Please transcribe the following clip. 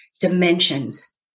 dimensions